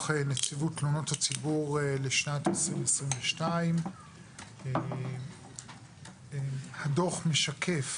נציבות תלונות הציבור לשנת 2022. הדוח משקף